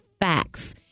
facts